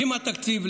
עם התקציב.